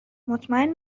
مطمئن